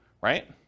right